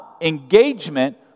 engagement